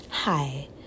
hi